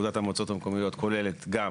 ופקודת המועצות המקומיות, כוללת גם